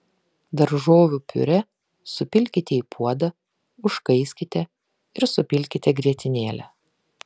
daržovių piurė supilkite į puodą užkaiskite ir supilkite grietinėlę